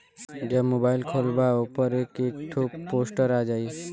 जब मोबाइल खोल्बा ओपर एक एक ठो पोस्टर आ जाई